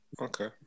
Okay